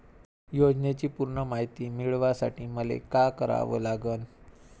योजनेची पूर्ण मायती मिळवासाठी मले का करावं लागन?